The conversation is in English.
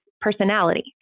personality